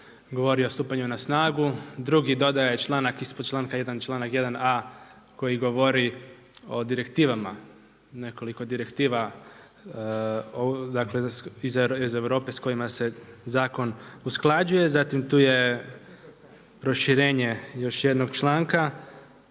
govori o stupanju na snagu, drugi dodaje članak ispod članka 1. i članak 1. a) koji govori o direktivama. Nekoliko direktiva iz Europe s kojima se zakon usklađuje, zatim tu je proširenje još jednog članka.